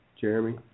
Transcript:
Jeremy